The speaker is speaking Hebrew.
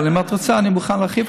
אבל אם את רוצה אני מוכן להרחיב,